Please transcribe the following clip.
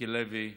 מיקי לוי,